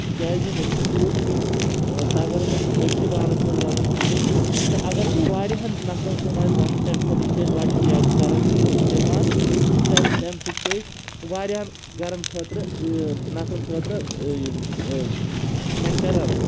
تِکیازِ مےٚ چھِنہٕ تیوٗت وٕنۍ تَگَان وٕنۍ أکسی بانَس منٛز رَنُن کِہینۍ تہٕ اگر بیٚیہِ وارِہَن نَفرَن سُم آسہِ رَنُن تَمہِ خٲطرٕ چھِ أسۍ بَجہِ دیگہٕ کَران استعمال تہٕ تمہِ تَمہِ سۭتۍ چھِ أسۍ واریہَن گَران خٲطرٕ نَفرَن خٲطرٕ کھٮ۪ن چٮ۪ن رَنَن